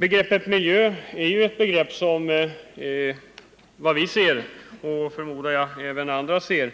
Begreppet miljö innefattar enligt vår, och förmodligen även andras, mening